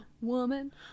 Woman